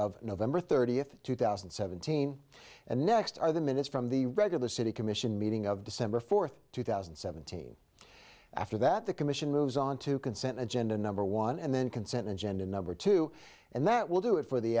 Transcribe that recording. of november thirtieth two thousand and seventeen and next are the minutes from the regular city commission meeting of december fourth two thousand and seventeen after that the commission moves on to consent agenda number one and then consent and gender number two and that will do it for the